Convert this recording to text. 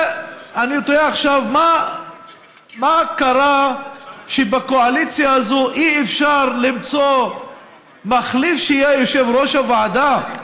מה קרה שבקואליציה הזאת אי-אפשר למצוא מחליף שיהיה יושב-ראש הוועדה?